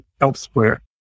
elsewhere